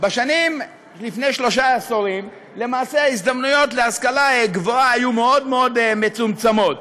לפני שלושה עשורים ההזדמנויות להשכלה גבוהה היו מצומצמות